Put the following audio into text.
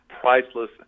priceless